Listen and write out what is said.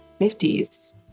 50s